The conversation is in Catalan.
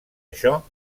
això